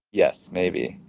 yes, maybe.